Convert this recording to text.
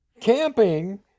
Camping